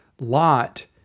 Lot